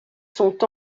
sont